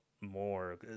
more